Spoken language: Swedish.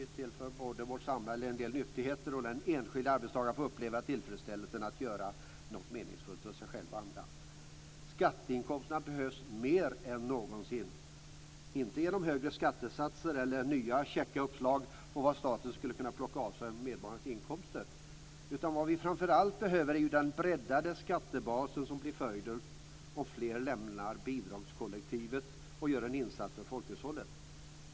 Det tillför vårt samhälle en del nyttigheter och den enskilde arbetstagaren får uppleva tillfredsställelsen att göra något meningsfullt för sig själv och andra. Skatteinkomsterna behövs mer än någonsin, men inte genom högre skattesatser eller nya käcka uppslag om vad staten skulle kunna plocka åt sig av medborgarnas inkomster. Vad vi framför allt behöver är i stället den breddade skattebas som blir följden om fler lämnar bidragskollektivet och gör en insats för folkhushållet.